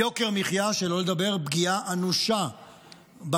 יוקר המחיה, שלא לדבר על פגיעה אנושה בכלכלה,